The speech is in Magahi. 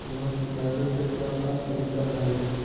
लोन चुकावे के का का तरीका हई?